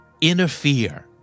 Interfere